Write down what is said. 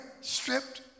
stripped